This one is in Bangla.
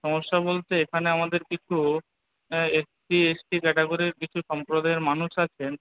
সমস্যা বলতে এখানে আমাদের কিছু এসসি এসটি ক্যাটাগরির কিছু সম্প্রদায়ের মানুষ আছেন